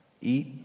Eat